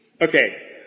Okay